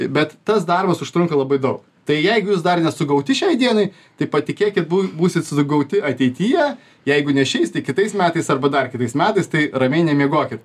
bet tas darbas užtrunka labai daug tai jeigu jūs dar nesugauti šiai dienai tai patikėkit bū būsit sugauti ateityje jeigu ne šiais tai kitais metais arba dar kitais metais tai ramiai nemiegokit